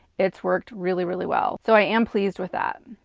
it's worked really, really well. so i am pleased with that.